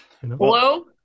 Hello